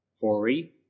Hori